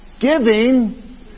giving